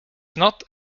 not